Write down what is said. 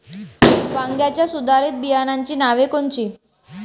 वांग्याच्या सुधारित बियाणांची नावे कोनची?